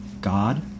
God